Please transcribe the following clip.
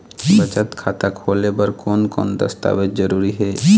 बचत खाता खोले बर कोन कोन दस्तावेज जरूरी हे?